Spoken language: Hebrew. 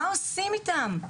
מה עושים איתם?